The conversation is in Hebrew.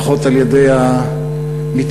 לפחות על-ידי המתיישבים,